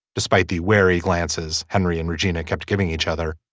despite the wary glances henry and regina kept giving each other.